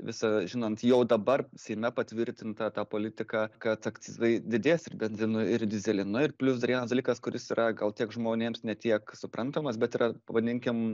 visą žinant jau dabar seime patvirtinta ta politika kad akcizai didės ir benzinui ir dyzelinui ir plius dar vienas dalykas kuris yra gal tiek žmonėms ne tiek suprantamas bet yra vadinkim